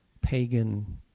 pagan